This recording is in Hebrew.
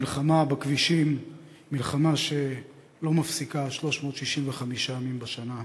המלחמה בכבישים היא מלחמה שלא מפסיקה 365 ימים בשנה.